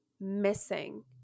missing